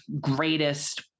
greatest